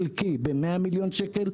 חלקי ב-100 מיליון שקל,